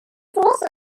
solution